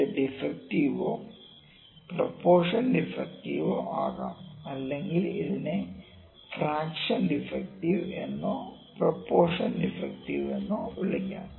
അത് ഡിഫെക്ടിവോ പ്രൊപോർഷൻ ഡിഫെക്ടിവോ ആകാം അല്ലെങ്കിൽ അതിനെ ഫ്രാക്ഷൻ ഡിഫെക്ടിവ് എന്നോ പ്രൊപോർഷൻ ഡിഫെക്ടിവ് എന്നോ വിളിക്കാം